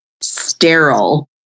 sterile